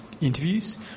interviews